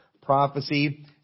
prophecy